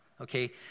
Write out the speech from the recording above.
okay